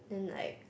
then like